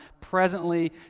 presently